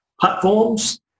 platforms